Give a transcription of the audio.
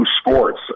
Sports